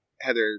Heather